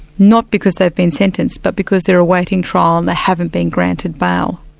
not because they've been sentenced, but because they're awaiting trial and they haven't been granted bail?